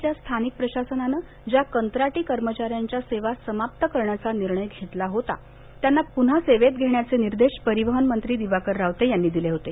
च्या स्थानिक प्रशासनाने ज्या कंत्राटी कर्मचाऱ्यांच्या सेवा समाप्त करण्याचा निर्णय घेतला होता त्यांना पुन्हा सेवेत घेण्याचे निर्देश परिवहनमंत्री दिवाकर रावते यांनी दिले होते